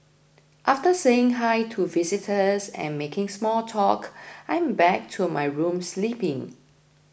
after saying Hi to visitors and making small talk I'm back to my room sleeping